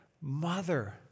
mother